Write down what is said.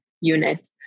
unit